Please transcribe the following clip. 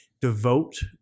devote